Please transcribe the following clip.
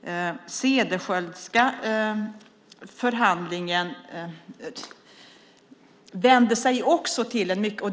Den Cederschiöldska förhandlingen